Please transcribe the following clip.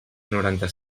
noranta